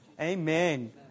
Amen